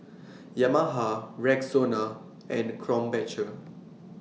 Yamaha Rexona and Krombacher